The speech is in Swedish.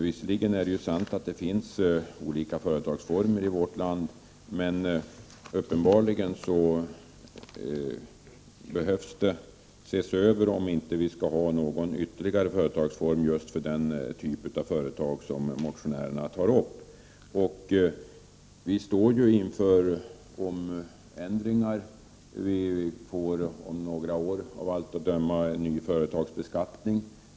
Visserligen är det sant att det finns olika företagsformer i vårt land, men det behöver uppenbarligen göras en översyn när det gäller om någon ytterligare företagsform skall införas för just den typ av företag som motionärerna tar upp. Vi står inför förändringar, och om några år genomförs av allt att döma en ny företagsbeskattning.